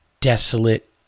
desolate